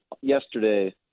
yesterday